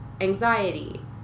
anxiety